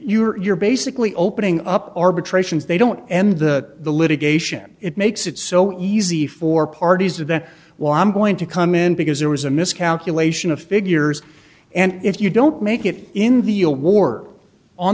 otherwise you're basically opening up arbitrations they don't end the litigation it makes it so easy for parties of the why i'm going to come in because there was a miscalculation of figures and if you don't make it in the award on